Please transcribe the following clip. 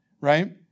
Right